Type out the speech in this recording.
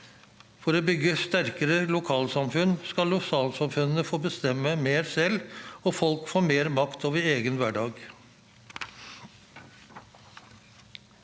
For å bygge sterkere lokalsamfunn skal lokalsamfunnene få bestemme mer selv og folk få mer makt over egen hverdag.